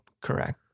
Correct